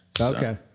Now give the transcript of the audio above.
Okay